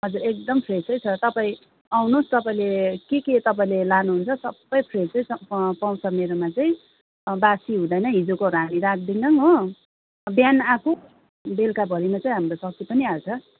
हजुर एकदम फ्रेसै छ तपाईँ आउनुहोस् तपाईँले के के तपाईँले लानुहुन्छ सबै फ्रेसै पाउँछ मेरोमा चाहिँ बासी हुँदैन हिजोकोहरू हामी राख्दैनौ हो बिहान आएको बेलुकाभरिमा चाहिँ हाम्रो सकिई पनि हाल्छ